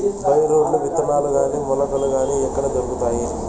By రోడ్లు విత్తనాలు గాని మొలకలు గాని ఎక్కడ దొరుకుతాయి?